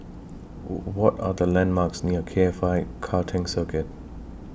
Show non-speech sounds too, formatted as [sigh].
[noise] [noise] What Are The landmarks near K F I Karting Circuit